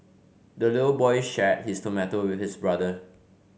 the little boy shared his tomato with his brother